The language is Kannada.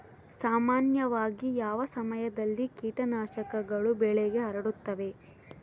ಸಾಮಾನ್ಯವಾಗಿ ಯಾವ ಸಮಯದಲ್ಲಿ ಕೇಟನಾಶಕಗಳು ಬೆಳೆಗೆ ಹರಡುತ್ತವೆ?